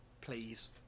please